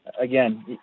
again